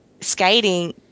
skating